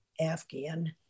Afghan